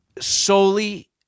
solely